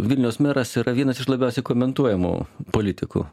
vilniaus meras yra vienas iš labiausia komentuojamų politikų